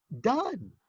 done